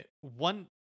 one